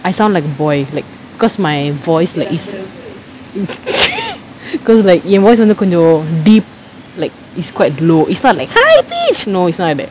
I sound like a boy like because my voice is is because like eh voice வந்து கொஞ்சோ:vanthu konjo deep like is quite low it's not like high pitch no it's not like that